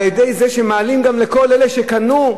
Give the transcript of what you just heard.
על-ידי זה שמעלים גם לכל אלה שקנו,